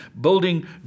building